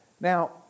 Now